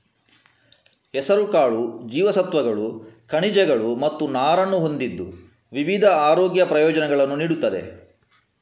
ಹೆಸರುಕಾಳು ಜೀವಸತ್ವಗಳು, ಖನಿಜಗಳು ಮತ್ತು ನಾರನ್ನು ಹೊಂದಿದ್ದು ವಿವಿಧ ಆರೋಗ್ಯ ಪ್ರಯೋಜನಗಳನ್ನು ನೀಡುತ್ತದೆ